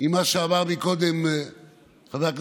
מהר ככל הניתן,